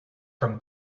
from